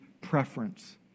preference